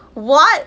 what